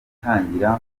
gutangira